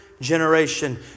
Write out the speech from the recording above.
generation